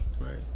right